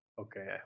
Okay